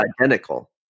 identical